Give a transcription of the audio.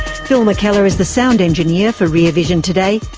phil mckellar is the sound engineer for rear vision today.